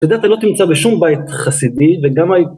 אתה יודע אתה לא תמצא בשום בית חסידי וגם